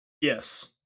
Yes